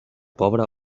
pobre